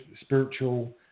spiritual